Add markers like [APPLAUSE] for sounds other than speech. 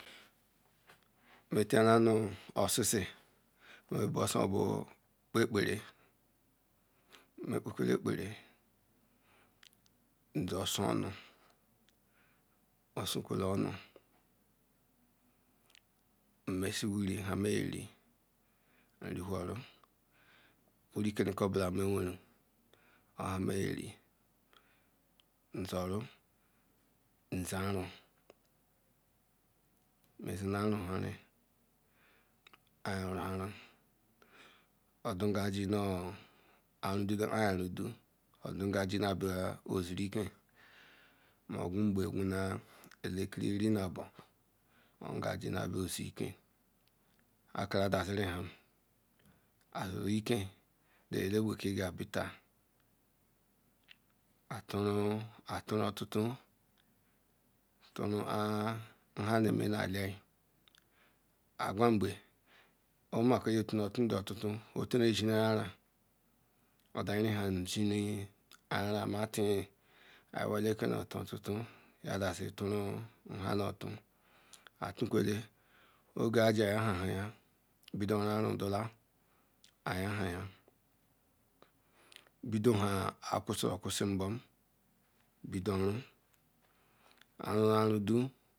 [NOISE] Metin yen nal nu osisi mbo sun kpa akpara mekpa kwe kpara nzen sum musu akwele onu mmesi wiri wiri ken nu kobola wenru n oha meri nzoro nzen aron mezenu aron han ri ayo ronaron oduga arudule arondo anro nd akiri rinu abo onge jigal nzonke akara dazon nala bake jiri betal aturun otupun a nhan jigamin aquan mben izinu tu otutuing iyan ran tul idazuhan shen woro ayinran ale ke nu tututing atukwe la oga agigal yan do la a bindom na ya be do yan ha quasiri. [UNINTELLIGIBLE]